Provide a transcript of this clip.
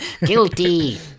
guilty